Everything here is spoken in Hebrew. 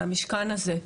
מהמשכן הזה.